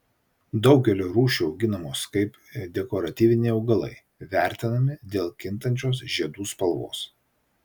daugelio rūšių auginamos kaip dekoratyviniai augalai vertinami dėl kintančios žiedų spalvos